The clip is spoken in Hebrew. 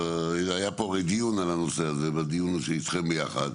היה פה הרי דיון על הנושא הזה איתכם ביחד.